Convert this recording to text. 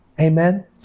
Amen